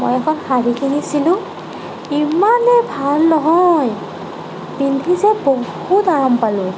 মই এখন শাড়ী কিনিছিলোঁ ইমানে ভাল নহয় পিন্ধি যে বহুত আৰাম পালোঁ